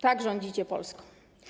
Tak rządzicie Polską.